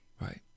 right